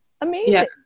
Amazing